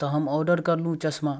तऽ हम औडर कयलहुॅं चश्मा